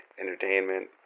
entertainment